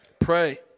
Pray